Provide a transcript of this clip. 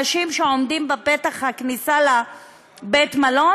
האנשים שעומדים בפתח הכניסה לבית-המלון,